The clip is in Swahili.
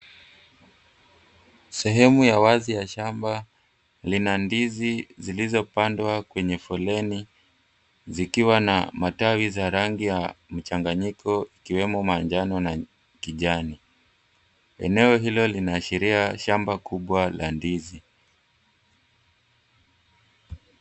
Sehemu ya wazi ya shamba lina ndizi zilizopandwa kwenye foleni zikiwa na matawi za rangi ya mchanganyiko, ikiwemo manjano na kijani. Eneo hilo linaashiria shamba kubwa la ndizi.